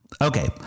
Okay